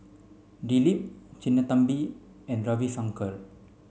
Dilip Sinnathamby and Ravi Shankar